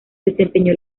desempeñó